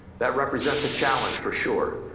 that represents a challenge for sure.